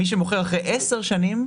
מי שמוכר אחרי עשר שנים,